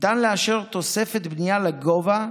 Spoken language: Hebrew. ניתן לאשר תוספת בנייה לגובה,